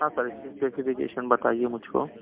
ہاں سر اس کی اسپیسیفکیشن بتائیے مجھ کو